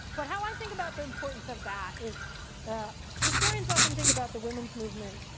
but how i think about the importance of that is historians often think about the women's movement,